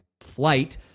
flight